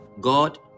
God